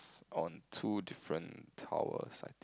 on two different tower sides